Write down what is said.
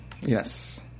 Yes